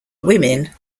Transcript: women